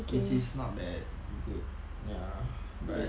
which is not bad good ya but